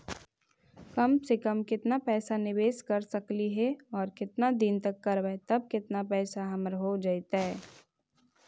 कम से कम केतना पैसा निबेस कर सकली हे और केतना दिन तक करबै तब केतना पैसा हमर हो जइतै?